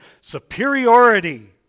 superiority